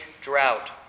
drought